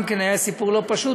גם כן היה סיפור לא פשוט,